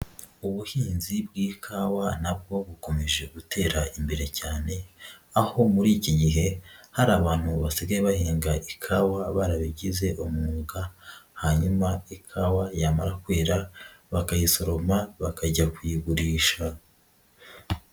Ubuhinzi bw'ikawa na bwo bukomeje gutera imbere cyane, aho muri iki gihe, hari abantu basigaye bahinga ikawa barabigize umwuga, hanyuma ikawa yamara kwera, bakayisoroma, bakajya kuyigurisha.